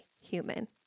human